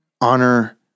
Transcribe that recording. honor